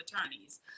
attorneys